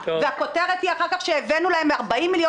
והכותרת היא אחר-כך שהבאנו להם 40 מיליון